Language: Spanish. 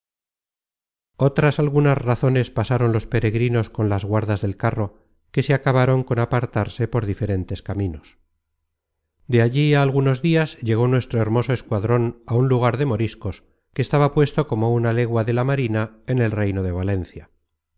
otras algunas razones pasaron los peregrinos con las guardas del carro que se acabaron con apartarse por diferentes caminos content from google book search generated at de allí á algunos dias llegó nuestro hermoso escuadron á un lugar de moriscos que estaba puesto como una legua de la marina en el reino de valencia